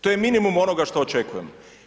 To je minimum onoga što očekujem.